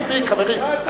מספיק, חברים.